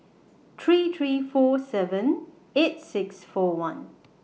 three three four seven eight six four one